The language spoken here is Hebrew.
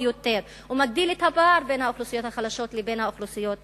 יותר ומגדיל את הפער בין האוכלוסיות החלשות לבין האוכלוסיות החזקות.